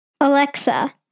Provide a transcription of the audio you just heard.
Alexa